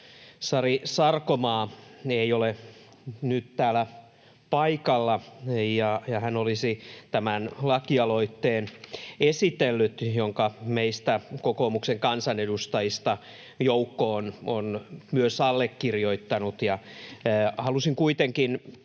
Sari Sarkomaa ei ole nyt täällä paikalla. Hän olisi esitellyt tämän lakialoitteen, jonka joukko meitä kokoomuksen kansanedustajia on myös allekirjoittanut.